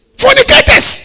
fornicators